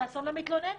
זה אסון למתלוננת.